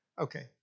Okay